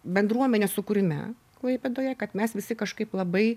bendruomenės sukūrime klaipėdoje kad mes visi kažkaip labai